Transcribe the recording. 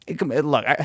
Look